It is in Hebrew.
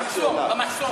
במחסום, במחסום.